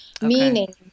meaning